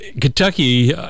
Kentucky